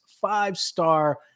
five-star